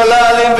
ול"לים,